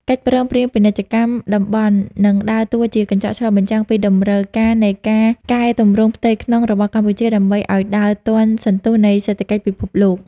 កិច្ចព្រមព្រៀងពាណិជ្ជកម្មតំបន់ នឹងដើរតួជាកញ្ចក់ឆ្លុះបញ្ចាំងពីតម្រូវការនៃការកែទម្រង់ផ្ទៃក្នុងរបស់កម្ពុជា ដើម្បីឱ្យដើរទាន់សន្ទុះនៃសេដ្ឋកិច្ចពិភពលោក។